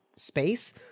Space